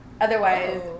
Otherwise